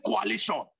coalition